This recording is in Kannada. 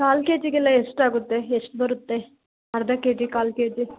ಕಾಲು ಕೆ ಜಿಗೆಲ್ಲ ಎಷ್ಟಾಗುತ್ತೆ ಎಷ್ಟು ಬರುತ್ತೆ ಅರ್ಧ ಕೆಜಿ ಕಾಲು ಕೆಜಿ